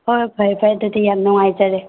ꯍꯣꯏ ꯍꯣꯏ ꯐꯔꯦ ꯐꯔꯦ ꯑꯗꯨꯗꯤ ꯌꯥꯝ ꯅꯨꯡꯉꯥꯏꯖꯔꯦ